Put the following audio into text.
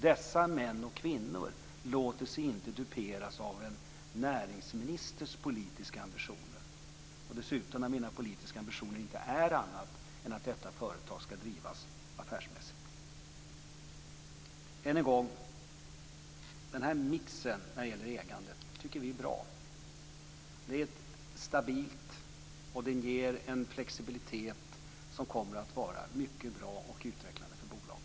Dessa män och kvinnor låter sig inte duperas av en näringsministers politiska ambitioner - dessutom är mina politiska ambitioner inga andra än att detta företag skall drivas affärsmässigt. Än en gång vill jag säga att vi tycker att den här mixen när det gäller ägandet är bra. Det är stabilt, och det ger en flexibilitet som kommer att vara mycket bra och utvecklande för bolaget.